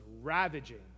ravaging